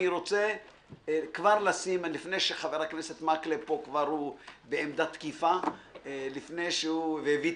אני רוצה לשים את הנקודות כפי שכבר אמרתי אותם למנכ"לית